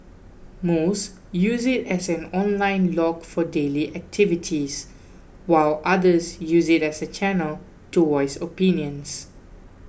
most use it as an online log for daily activities while others use it as a channel to voice opinions